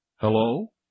Hello